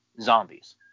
zombies